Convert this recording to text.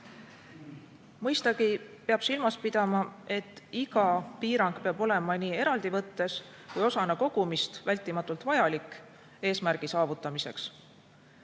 Mõistagi peab silmas pidama, et iga piirang peab olema nii eraldi võttes kui ka osana kogumist vältimatult vajalik eesmärgi saavutamiseks.